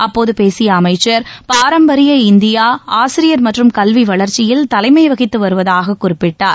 அப்போது பேசிய அமைச்சர் பாரம்பரியமாக இந்தியா ஆசிரியர் மற்றும் கல்வி வளர்ச்சியில் தலைமை வகித்து வருவதாக குறிப்பிட்டார்